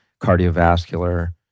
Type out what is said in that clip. cardiovascular